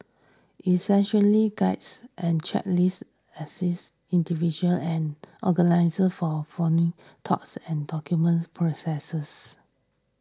essentially guides and checklist assist individual and organisers for thoughts and document processes